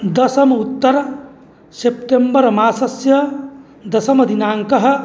दशम उत्तर सेप्टेम्बर् मासस्य दशमदिनाङ्कः